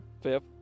Fifth